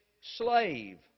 slave